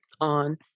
on